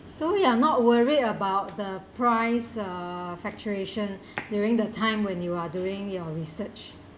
so you're not worried about the price uh fluctuation during the time when you are doing your research